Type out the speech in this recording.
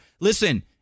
Listen